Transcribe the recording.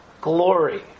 glory